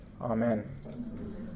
Amen